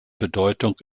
bedeutung